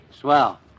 Swell